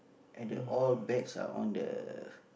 at the all bags are on the